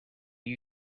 you